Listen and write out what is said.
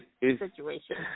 situation